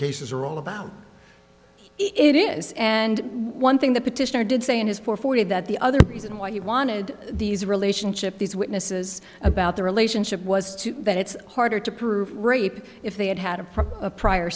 cases are all about it is and one thing the petitioner did say in his four forty that the other reason why he wanted these relationships these witnesses about the relationship was two that it's harder to prove rape if they had had a prior